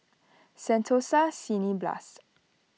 Sentosa Cineblast